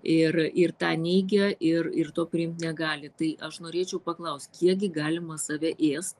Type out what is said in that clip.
ir ir tą neigia ir ir to priimt negali tai aš norėčiau paklaust kiekgi galima save ėst